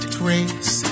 grace